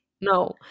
no